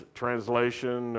translation